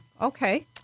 Okay